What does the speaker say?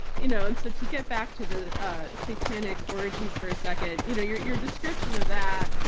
you know and so to get back to the ah satanic orgies for a second, you know your your description of that,